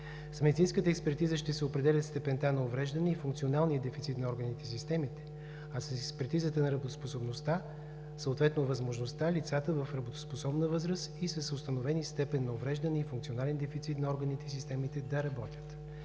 С медицинската експертиза ще се определя степента на увреждане и функционалния дефицит на органите и системите, а с експертизата на работоспособността, съответно възможността лицата в работоспособна възраст и с установени степен на увреждане и функционален дефицит на органите и системите, да работят.